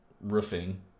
roofing